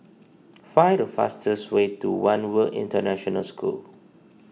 find the fastest way to one World International School